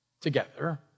together